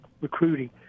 recruiting